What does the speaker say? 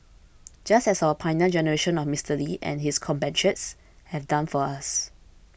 just as our Pioneer Generation of Mister Lee and his compatriots have done for us